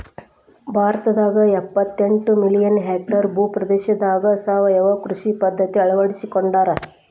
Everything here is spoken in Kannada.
ಭಾರತದಾಗ ಎಪ್ಪತೆಂಟ ಮಿಲಿಯನ್ ಹೆಕ್ಟೇರ್ ಭೂ ಪ್ರದೇಶದಾಗ ಸಾವಯವ ಕೃಷಿ ಪದ್ಧತಿ ಅಳ್ವಡಿಸಿಕೊಂಡಾರ